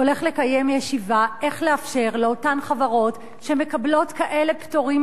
הולך לקיים ישיבה איך לאפשר לאותן חברות שמקבלות כאלה פטורים